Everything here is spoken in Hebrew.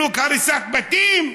פינוק הריסת בתים,